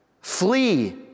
flee